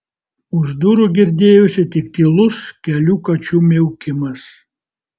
už durų girdėjosi tik tylus kelių kačių miaukimas